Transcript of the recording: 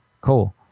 Cool